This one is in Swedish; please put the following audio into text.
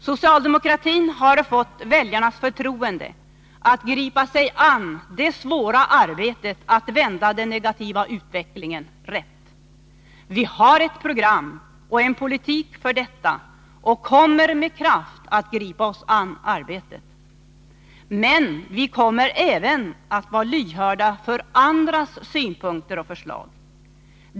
Socialdemokratin har fått väljarnas förtroende att gripa sig an det svåra arbetet att vända den negativa utvecklingen rätt. Vi har ett program och en politik för detta och kommer med kraft att gripa oss an arbetet. Men vi kommer även att vara lyhörda för andras synpunkter och förslag.